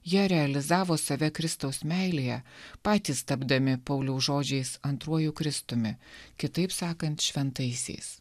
jie realizavo save kristaus meilėje patys tapdami pauliaus žodžiais antruoju kristumi kitaip sakant šventaisiais